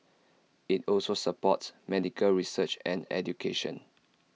IT also supports medical research and education